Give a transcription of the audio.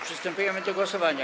Przystępujemy do głosowania.